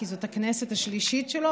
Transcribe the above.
כי זאת הכנסת השלישית שלו,